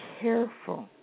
careful